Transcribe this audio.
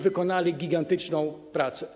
Wykonali gigantyczną pracę.